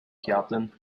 captain